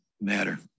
matter